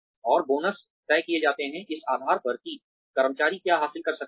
और बोनस तय किए जाते हैं इस आधार पर कि कर्मचारी क्या हासिल कर सका है